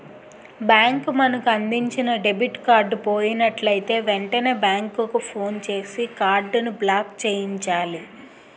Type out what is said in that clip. bank మనకు అందించిన debit card పోయినట్లయితే వెంటనే బ్యాంకుకు ఫోన్ చేసి కార్డును బ్లాక్చేయించాలి